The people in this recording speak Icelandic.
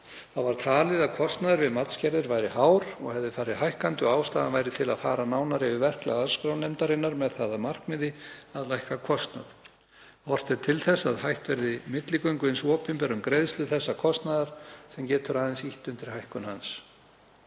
Þá var talið að kostnaður við matsgerðir væri hár og hefði farið hækkandi og ástæða væri til að fara nánar yfir verklag arðskrárnefndarinnar með það að markmiði að lækka kostnað. Horft er til þess að hætt verði milligöngu hins opinbera um greiðslu þessa kostnaðar sem getur aðeins ýtt undir hækkun hans.